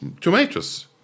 tomatoes